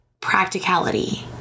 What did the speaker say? practicality